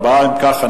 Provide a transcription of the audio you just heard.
4. אם כך,